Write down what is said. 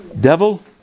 Devil